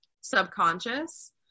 subconscious